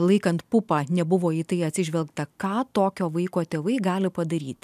laikant pupą nebuvo į tai atsižvelgta ką tokio vaiko tėvai gali padaryti